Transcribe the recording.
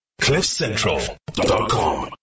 Cliffcentral.com